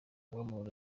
uwamahoro